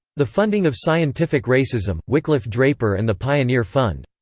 the funding of scientific racism wickliffe draper and the pioneer fund.